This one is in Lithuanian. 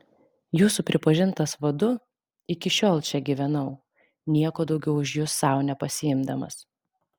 jūsų pripažintas vadu iki šiol čia gyvenau nieko daugiau už jus sau nepasiimdamas